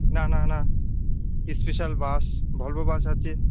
না না না স্পেশাল বাস ভলভো বাস আছে